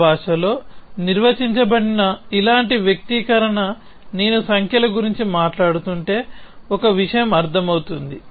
నా భాషలో నిర్వచించబడిన ఇలాంటి వ్యక్తీకరణ నేను సంఖ్యల గురించి మాట్లాడుతుంటే ఒక విషయం అర్థం అవుతుంది